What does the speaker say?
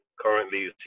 currently